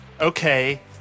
Okay